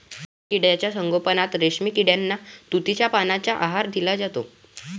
रेशीम किड्यांच्या संगोपनात रेशीम किड्यांना तुतीच्या पानांचा आहार दिला जातो